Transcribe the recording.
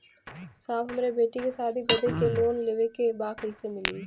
साहब हमरे बेटी के शादी बदे के लोन लेवे के बा कइसे मिलि?